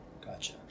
Gotcha